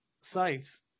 sites